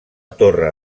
torre